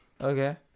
Okay